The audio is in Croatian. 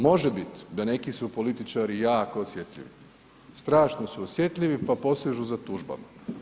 Može bit da neki su političari jako osjetljivi, strašno su osjetljivi, pa posežu za tužbama.